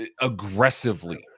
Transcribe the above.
aggressively